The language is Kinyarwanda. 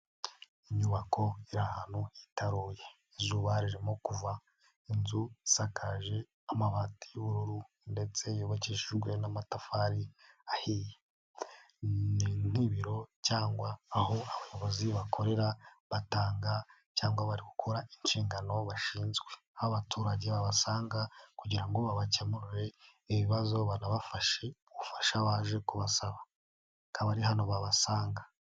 Inyubako iri ahantu hitaruye, izuba ririmo kuva, inzu isakaje amabati y'ubururu ndetse yubakishijwe n'amatafari ahiye, ni ibiro cyangwa aho abayobozi bakorera batanga cyangwa bari gukora inshingano bashinzwe, aho abaturage babasanga kugira ngo babakemure ibibazo banabafashe ubufasha baje kubasaba, akaba ari hano babasanga.